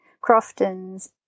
Crofton's